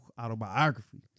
Autobiography